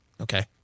Okay